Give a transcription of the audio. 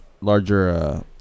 larger